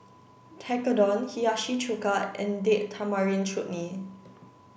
Tekkadon Hiyashi Chuka and Date Tamarind Chutney